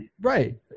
right